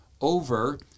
over